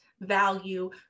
value